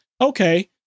Okay